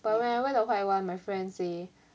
but when I wear the white one my friend say